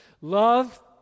Love